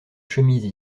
chemise